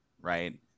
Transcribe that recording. right